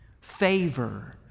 favor